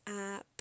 app